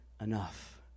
enough